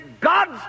God's